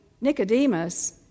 Nicodemus